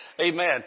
Amen